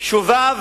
שוביו